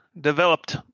developed